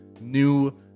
new